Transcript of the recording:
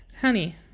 Honey